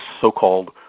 so-called